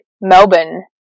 Melbourne